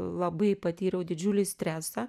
labai patyriau didžiulį stresą